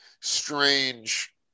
strange